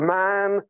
man